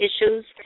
issues